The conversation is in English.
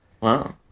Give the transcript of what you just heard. Wow